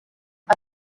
are